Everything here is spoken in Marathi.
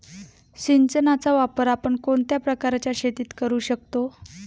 सिंचनाचा वापर आपण कोणत्या प्रकारच्या शेतीत करू शकतो?